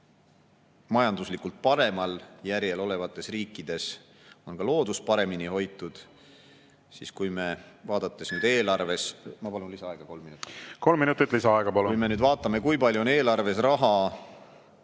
et majanduslikult paremal järjel olevates riikides on ka loodus paremini hoitud, siis kui me, vaadates nüüd eelarves … Ma palun lisaaega kolm minutit. Kolm minutit lisaaega, palun! Kui me nüüd vaatame, kui palju on eelarves